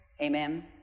Amen